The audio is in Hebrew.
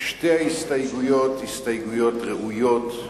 שתי ההסתייגויות הסתייגויות ראויות,